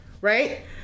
right